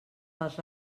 pels